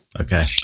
Okay